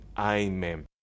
Amen